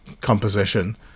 composition